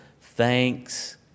Thanks